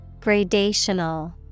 Gradational